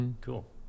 cool